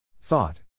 Thought